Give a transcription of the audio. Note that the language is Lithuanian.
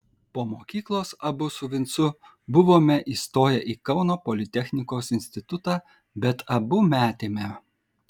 po mokyklos abu su vincu buvome įstoję į kauno politechnikos institutą bet abu metėme